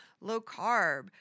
Low-carb